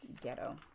ghetto